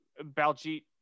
Baljeet